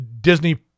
Disney